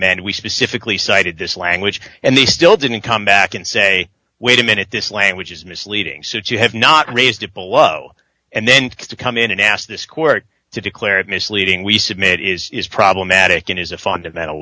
amend we specifically cited this language and they still didn't come back and say wait a minute this language is misleading since you have not raised it below and then to come in and ask this court to declare it misleading we submit is problematic it is a fundamental